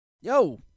yo